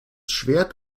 schwert